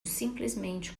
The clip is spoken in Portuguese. simplesmente